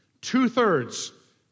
two-thirds